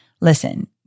Listen